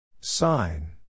Sign